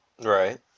right